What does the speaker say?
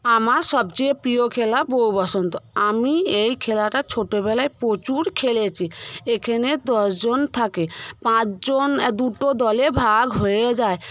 আমার সবচেয়ে প্রিয় খেলা বৌ বসন্ত আমি এই খেলাটা ছোটোবেলায় প্রচুর খেলেছি এখেনে দশজন থাকে পাঁচজন দুটো দলে ভাগ হয়ে যায়